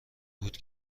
بود